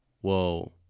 whoa